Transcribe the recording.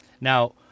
Now